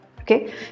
Okay